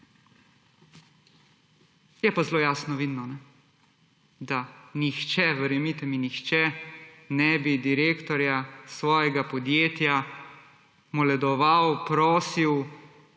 je pa zelo jasno vidno, da nihče, verjemite mi, nihče ne bi direktorja svojega podjetja moledoval, prosil,